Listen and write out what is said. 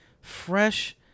fresh